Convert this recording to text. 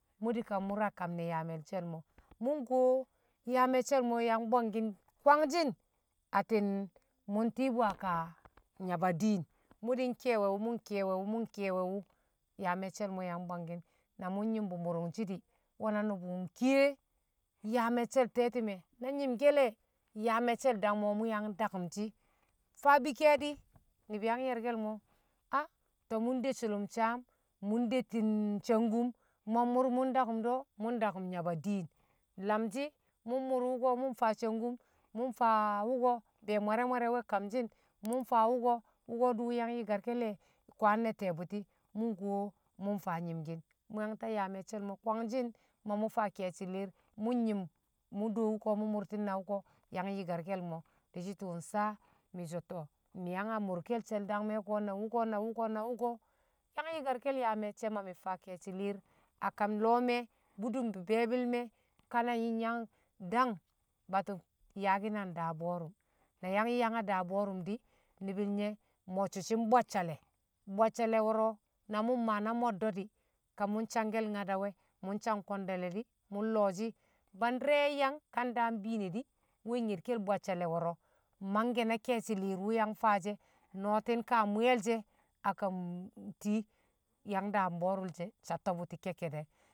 mṵ di̱kan mṵr a kam ne̱ yaa me̱cce̱l mo̱, mṵ nkuwo̱ yaa me̱cce̱l mo̱ yang bwangkin kwangjin atti̱n mu̱ tibu a ka nyaba di̱n mu̱ di̱n kewo wu̱ mun kewo wu̱ mun kewo wu̱ ya maccel mo yan bwankin we̱ na namṵ nyi̱mbṵ mṵrṵnshi̱ di̱ nwe̱ na nṵbṵ kiye me̱cce̱l te̱tṵme̱ na nyi̱mke̱ le̱ yaa me̱cce̱l dangme̱ mṵ yang dakṵmshi̱ faa bi ke̱e̱di̱ ni̱bi̱ yang ye̱rke̱l mo̱ a to̱b mṵ nde sṵlṵm saam, mṵ ndettin sangkum mwan mṵr mu dakum do̱ mu̱n dakum nyaba di̱n lamshi̱ mṵ mu̱r wṵko̱, mṵ mfaa shangum mu faa wuko be̱e̱ wmare̱ wmare̱ we̱ kamshi̱n mu faa wuko wuko diwu yang yikar ke le̱ kwang ne tiye buti mun ko̱ mun faa nyimkin mun ta yang ya me̱cce̱l mo̱ kwangshin ma mṵ faa ke̱e̱shi̱ li̱i̱r mṵ nyi̱m ma mṵ de wṵko̱ mṵ murti̱n na wṵko̱ yang yarkarke̱l mo̱ di̱shi̱ tṵṵ sa mi̱ so̱ to mi̱ yang a mṵrke̱l she̱l dangme̱ ko̱ na wṵko̱, na wṵko̱, na wṵko̱ yang yikarke̱l yaa mecce̱ ma mi̱ faa ke̱e̱shi̱ li̱i̱r a kam lo̱o̱ me̱ bṵdum be̱e̱bi̱le̱ me̱ ka na nyi̱ yang dang batṵb yaaki̱n a ndaa bo̱o̱re̱ na yang yang a daa bo̱o̱re̱ na yang yang a daa bo̱o̱rṵum di̱ nibi̱l, nye̱ mo̱ccṵ shi̱ mbwaccale̱, bwallale̱ wo̱ro̱ na mṵ maa na mo̱ddo̱ di̱ ka mṵ nsangke̱l nyadawe mṵ ngang kule̱nde̱le̱ di̱ mṵ nlo̱o̱shi̱ bandi̱ri̱ yang yang ka ndaam biine di̱ me̱ nyed ke̱l bwadale̱ wo̱ro̱ mangke̱ na ke̱e̱shi̱ li̱r wṵ yang faashi̱ no̱o̱ti̱n ka muli̱ye̱ she̱ a kam tii yang daam bo̱o̱rṵm she̱ shatto buti kekkedek.